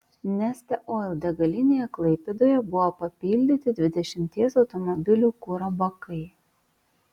neste oil degalinėje klaipėdoje buvo papildyti dvidešimties automobilių kuro bakai